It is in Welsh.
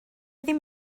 ddim